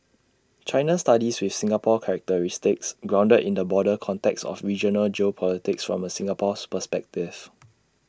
China studies with Singapore characteristics grounded in the broader context of regional geopolitics from A Singapore perspective